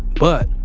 but,